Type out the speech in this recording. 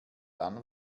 dann